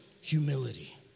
humility